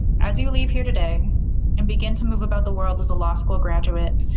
as you leave here today and begin to move about the world as a law school graduate,